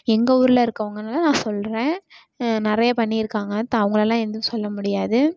எங்கள் ஊரில் இருக்கறவங்கள நான் சொல்கிறேன் நிறைய பண்ணியிருக்காங்க அவர்களெல்லாம் எதுவும் சொல்ல முடியாது